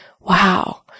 wow